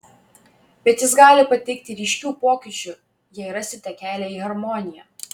bet jis gali pateikti ryškių pokyčių jei rasite kelią į harmoniją